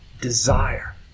desire